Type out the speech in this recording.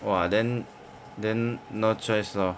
!wah! then then no choice lor